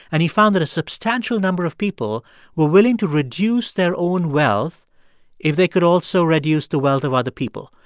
and he found that a substantial number of people were willing to reduce their own wealth if they could also reduce the wealth of other people.